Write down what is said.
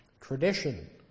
tradition